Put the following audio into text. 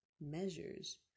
measures